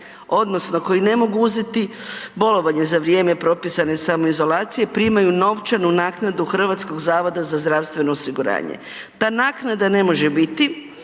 odnosno koji ne mogu uzeti bolovanje za vrijeme propisane samoizolacije primaju novčanu naknadu HZZO-a, ta naknada ne može biti